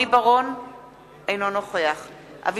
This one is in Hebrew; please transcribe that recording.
אינו נוכח רוני בר-און,